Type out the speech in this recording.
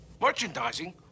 Merchandising